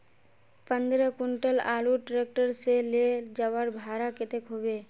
पंद्रह कुंटल आलूर ट्रैक्टर से ले जवार भाड़ा कतेक होबे?